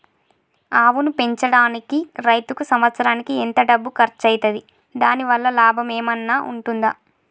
ఆవును పెంచడానికి రైతుకు సంవత్సరానికి ఎంత డబ్బు ఖర్చు అయితది? దాని వల్ల లాభం ఏమన్నా ఉంటుందా?